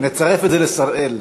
נצרף את זה ל"שראל".